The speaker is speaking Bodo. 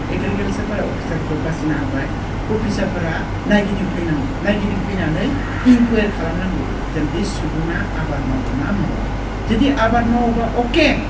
एग्रिकालसारफोरा अफिसारखौ बासिना होबाय अफिसारफोरा नायगिदिंफैनांगौ नायगिदिंफैनानै इनकुयेरि खालामनांगौ जेन बे सुबुङा आबाद मावो ना मावा जुदि आबाद मावोबा अके